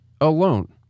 alone